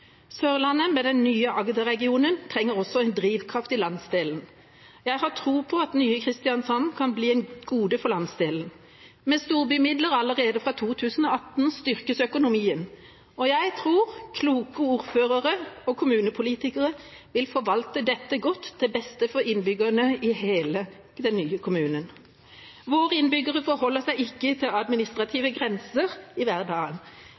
Sørlandet, med den nye Agder-regionen, trenger også en drivkraft i landsdelen. Jeg har tro på at nye Kristiansand kan bli et gode for landsdelen. Med storbymidler allerede fra 2018 styrkes økonomien. Og jeg tror kloke ordførere og kommunepolitikere vil forvalte dette godt til beste for innbyggerne i hele den nye kommunen. Våre innbyggere forholder seg ikke til administrative grenser i hverdagen.